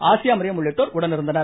ஆசியாமரியம் உள்ளிட்டோர் உடனிருந்தனர்